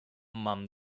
mam